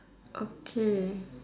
okay